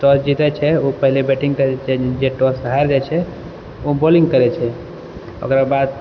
toss जीतए छै ओ पहिले बैटिङ्ग करैत लए जाइत छै जे टॉस हारि जाइत छै ओ बॉलिङ्ग करैत छै ओकरा बाद